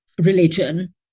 religion